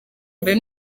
mbere